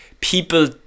people